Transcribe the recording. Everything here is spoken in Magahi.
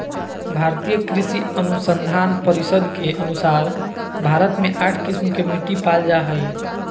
भारतीय कृषि अनुसंधान परिसद के अनुसार भारत मे आठ किस्म के मिट्टी पाल जा हइ